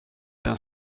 den